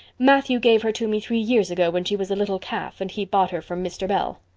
matthew gave her to me three years ago when she was a little calf and he bought her from mr. bell.